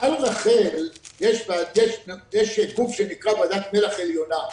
מעל רח"ל יש גוף שנקרא ועדת מל"ח עליונה.